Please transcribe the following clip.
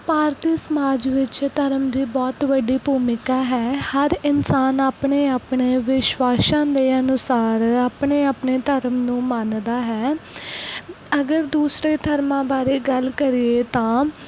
ਭਾਰਤੀ ਸਮਾਜ ਵਿੱਚ ਧਰਮ ਦੀ ਬਹੁਤ ਵੱਡੀ ਭੂਮਿਕਾ ਹੈ ਹਰ ਇਨਸਾਨ ਆਪਣੇ ਆਪਣੇ ਵਿਸ਼ਵਾਸਾਂ ਦੇ ਅਨੁਸਾਰ ਆਪਣੇ ਆਪਣੇ ਧਰਮ ਨੂੰ ਮੰਨਦਾ ਹੈ ਅਗਰ ਦੂਸਰੇ ਧਰਮਾਂ ਬਾਰੇ ਗੱਲ ਕਰੀਏ ਤਾਂ